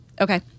Okay